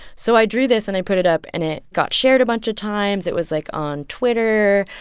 so i drew this, and i put it up, and it got shared a bunch of times. it was, like, on twitter.